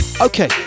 Okay